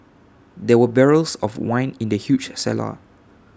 there were barrels of wine in the huge cellar